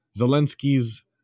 Zelensky's